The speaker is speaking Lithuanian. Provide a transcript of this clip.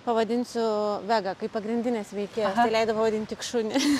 pavadinsiu vega kaip pagrindinės veikėjos tai leido pavadint tik šunį